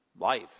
Life